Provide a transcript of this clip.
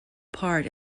part